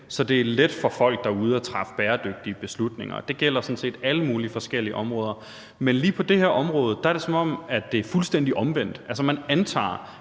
så det er let for folk derude at træffe bæredygtige beslutninger. Det gælder sådan set alle mulige forskellige områder. Men lige på det her område er det, som om det er fuldstændig omvendt. Det antages,